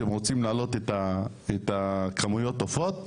שהם רוצים להעלות את כמויות העופות,